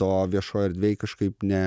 to viešoj erdvėj kažkaip ne